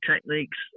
techniques